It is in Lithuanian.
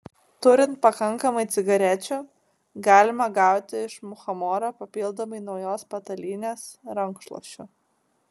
turint pakankamai cigarečių galima gauti iš muchamoro papildomai naujos patalynės rankšluosčių